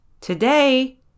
Today